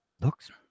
looks